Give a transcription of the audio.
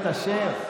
אשר,